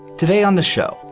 today on the show,